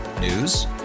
News